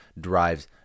drives